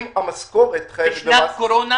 אם המשכורת חייבת במס --- בשנת קורונה,